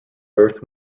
earth